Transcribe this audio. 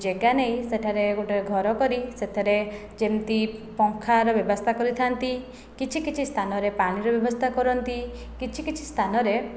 ଜାଗା ନେଇ ସେଠାରେ ଗୋଟିଏ ଘର କରି ସେଥିରେ ଯେମିତି ପଙ୍ଖାର ବ୍ୟବସ୍ଥା କରିଥାନ୍ତି କିଛି କିଛି ସ୍ଥାନରେ ପାଣିର ବ୍ୟବସ୍ଥା କରନ୍ତି କିଛି କିଛି ସ୍ଥାନରେ